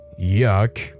yuck